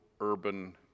urban